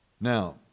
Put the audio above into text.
Now